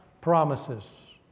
promises